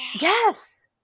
Yes